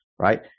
Right